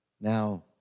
Now